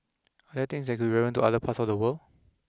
are there things that could relevant to other parts of the world